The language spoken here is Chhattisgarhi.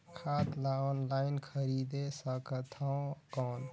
खाद ला ऑनलाइन खरीदे सकथव कौन?